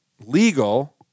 legal